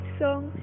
song